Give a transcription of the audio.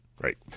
Right